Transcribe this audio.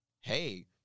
hey –